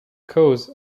cause